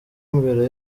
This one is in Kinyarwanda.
imbere